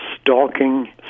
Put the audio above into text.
stalking